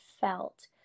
felt